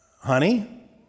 honey